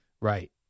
Right